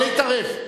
לא להתערב.